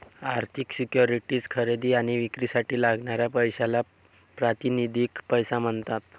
आर्थिक सिक्युरिटीज खरेदी आणि विक्रीसाठी लागणाऱ्या पैशाला प्रातिनिधिक पैसा म्हणतात